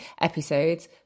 episodes